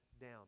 down